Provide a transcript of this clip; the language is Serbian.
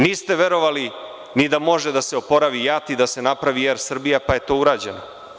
Niste verovali ni da može da se oporavi JAT i da se napravi Er Srbija, pa je to urađeno.